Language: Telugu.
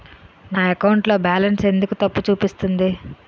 నా అకౌంట్ లో బాలన్స్ ఎందుకు తప్పు చూపిస్తుంది?